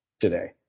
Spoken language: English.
today